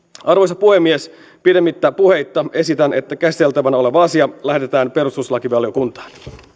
arvoisa puhemies pidemmittä puheitta esitän että käsiteltävänä oleva asia lähetetään perustuslakivaliokuntaan